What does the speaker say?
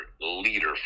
leader